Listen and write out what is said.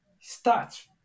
start